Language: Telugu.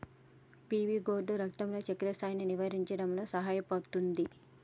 పీవీ గోర్డ్ రక్తంలో చక్కెర స్థాయిలను నియంత్రించడంలో సహాయపుతుంది